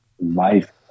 life